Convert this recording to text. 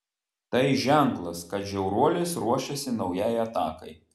tai ženklas kad žiauruolis ruošiasi naujai atakai